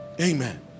Amen